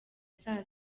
saa